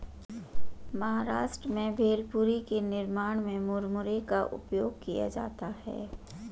महाराष्ट्र में भेलपुरी के निर्माण में मुरमुरे का उपयोग किया जाता है